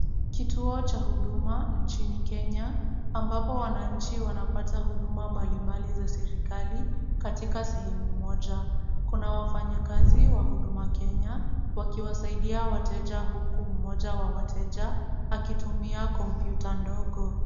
Kituo cha huduma nchini Kenya ambapo wananchi wanapata huduma mbalimbali za serikali katika sehemu moja. Kuna wafanyikazi wa Huduma Kenya wakiwasaidia wateja huku mmoja wa wateja akitumia kompyuta ndogo.